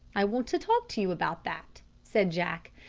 i want to talk to you about that, said jack.